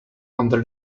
under